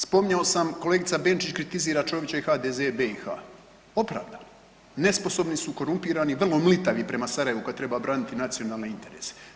Spominjao sam, kolegica Benčić kritizira Čovića i HDZ BiH, opravdano, nesposobni su, korumpirani, vrlo mlitavi prema Sarajevu kad treba braniti nacionalne interese.